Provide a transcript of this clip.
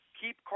keep